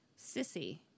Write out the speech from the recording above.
Sissy